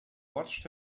watched